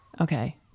Okay